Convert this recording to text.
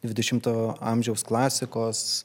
dvidešimto amžiaus klasikos